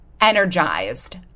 energized